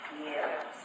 Yes